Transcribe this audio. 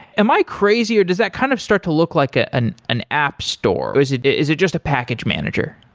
am i crazy, or does that kind of start to look like ah an an app store? or is it is it just a package manager?